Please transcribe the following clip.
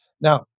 Now